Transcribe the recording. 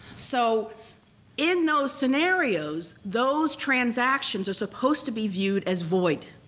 so in those scenarios, those transactions are supposed to be viewed as void.